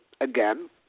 again